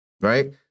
right